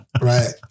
right